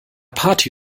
party